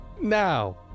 now